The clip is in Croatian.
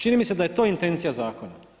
Čini mi se da je to intencija zakona.